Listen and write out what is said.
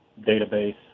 database